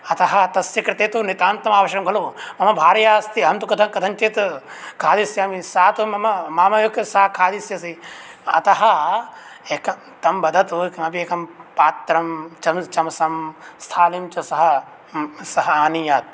अतः तस्य कृते तु नितान्तमावश्यकं खलु मम भार्या अस्ति अहन्तु कथं कथञ्चित् खादिष्यामि सा तु मम माम् एव सा खादिष्यसि अतः एकं तम् बदतु किमपि एकं पात्रं चमसं स्थालीञ्च सः सः आनीयात्